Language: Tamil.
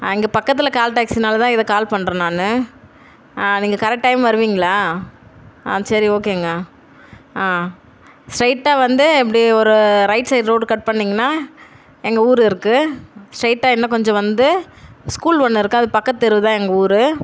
இங்கே பக்கத்தில் கால் டேக்சினால் தான் இதுக்கு கால் பண்ணுறேன் நான் நீங்கள் கரெக்ட் டைம் வருவீங்களா ஆ சரி ஓகேங்க ஆ ஸ்ட்ரைட்டாக வந்து அப்டி ஒரு ரைட் சைடு ரோடு கட் பண்ணீங்கன்னா எங்கள் ஊரு இருக்குது ஸ்ட்ரைட்டாக இன்னும் கொஞ்சம் வந்து ஸ்கூல் ஒன்று இருக்குது அதுக்கு பக்கத்து தெரு தான் எங்கள் ஊரு